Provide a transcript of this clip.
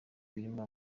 birimo